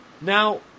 Now